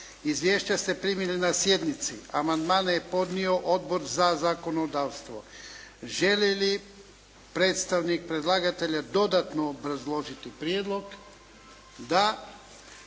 Izvješća ste primili na sjednici. Amandmane je podnio Odbor za zakonodavstvo, Želi li predstavnik predlagatelja dodatno obrazložiti prijedlog? Da.